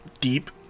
deep